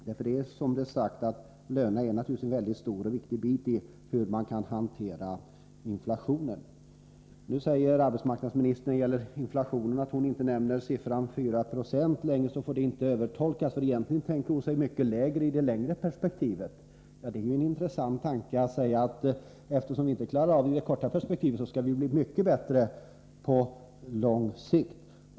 Som här har sagts, är lönerna naturligtvis en stor och viktig bit när det gäller att hantera inflationen. Nu säger arbetsmarknadsministern att när hon inte längre nämner siffran 4 90 får det inte övertolkas, för egentligen tänker hon sig en mycket lägre siffra i det längre perspektivet. Det är ju en intressant tanke, att eftersom vi inte klarar av inflationen i det korta perspektivet, skall vi bli mycket bättre på lång sikt.